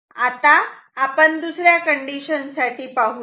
आता आपण दुसऱ्या कंडीशन साठी पाहू यात